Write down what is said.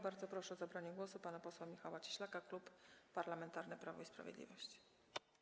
Bardzo proszę o zabranie głosu pana posła Michała Cieślaka, Klub Parlamentarny Prawo i Sprawiedliwość.